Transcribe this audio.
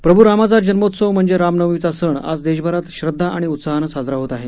प्रभू रामाचा जन्मोत्सव म्हणजेच राम नवमीचा सण आज देशभरात श्रद्धा आणि उत्साहानं साजरा होत आहे